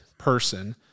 person